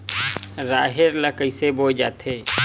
राहेर ल कइसे बोय जाथे?